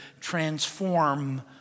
transform